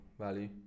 value